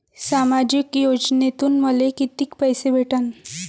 सामाजिक योजनेतून मले कितीक पैसे भेटन?